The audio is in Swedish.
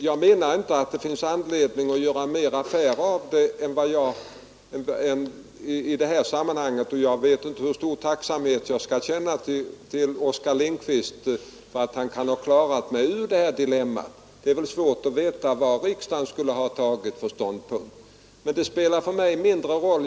Jag menar inte att det finns anledning att göra mer affär av detta i det här sammanhanget, och jag vet inte hur stor tacksamhet jag skall känna mot Oskar Lindkvist för att han kan ha klarat mig ur det här dilemmat. Det är svårt att veta vad riksdagen skulle ha intagit för ståndpunkt, men det spelar för mig ingen roll.